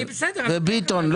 וביטון.